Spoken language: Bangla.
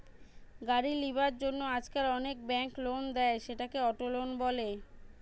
গাড়ি লিবার জন্য আজকাল অনেক বেঙ্ক লোন দেয়, সেটাকে অটো লোন বলে